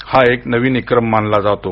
हा एक नवीन विक्रम मानला जातो